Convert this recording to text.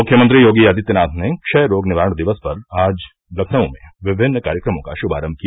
मुख्यमंत्री योगी आदित्यनाथ ने क्षय रोग निवारण दिवस पर आज लखनऊ में विभिन्न कार्यक्रमों का शुभारम्भ किया